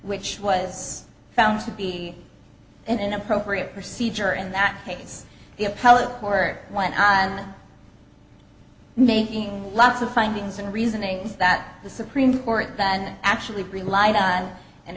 which was found to be an appropriate procedure in that case the appellate court went on making lots of findings and reasoning that the supreme court then actually relied on and